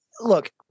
look